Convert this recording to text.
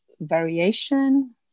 variation